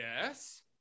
Yes